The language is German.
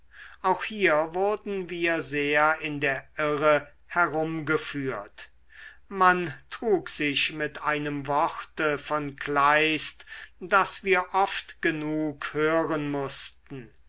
auch hier wurden wir sehr in der irre herumgeführt man trug sich mit einem worte von kleist das wir oft genug hören mußten